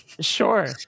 sure